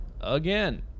again